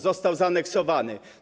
Został zaaneksowany.